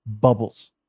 Bubbles